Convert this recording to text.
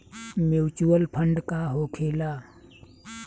Mutual fund का होखेला?